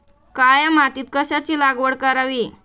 काळ्या मातीत कशाची लागवड करावी?